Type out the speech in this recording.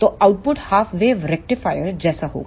तो output half wave rectifier half wave rectifierजैसा होगा